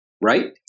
right